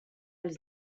els